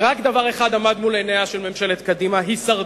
רק דבר אחד עמד מול עיניה של ממשלת קדימה: הישרדות,